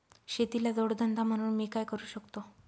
शेतीला जोड धंदा म्हणून मी काय करु शकतो?